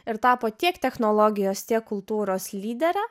ir tapo tiek technologijos tiek kultūros lydere